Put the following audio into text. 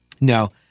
No